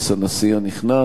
הנשיא הנכנס,